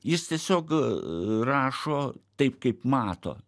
jis tiesiog rašo taip kaip mato